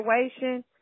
situation